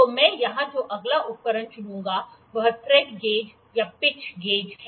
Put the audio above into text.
तो मैं यहां जो अगला उपकरण चुनूंगा वह थ्रेड गेज या पिच गेज है